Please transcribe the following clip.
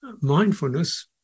mindfulness